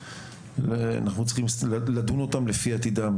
אנחנו צריכים לדון אותם לפי עתידם.